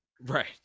right